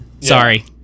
Sorry